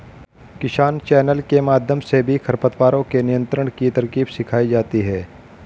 किसान चैनल के माध्यम से भी खरपतवारों के नियंत्रण की तरकीब सिखाई जाती है